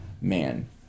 man